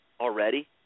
already